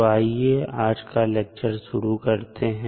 तो आइए आज का लेक्चर शुरू करते हैं